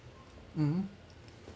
mm